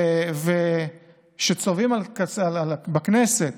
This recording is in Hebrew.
שצובאים על הכנסת,